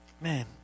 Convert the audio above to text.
Man